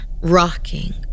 rocking